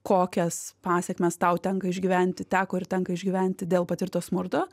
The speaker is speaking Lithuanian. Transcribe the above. kokias pasekmes tau tenka išgyventi teko ir tenka išgyventi dėl patirto smurto